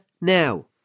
now